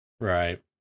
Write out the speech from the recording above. Right